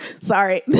Sorry